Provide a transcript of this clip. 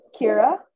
Kira